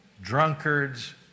drunkards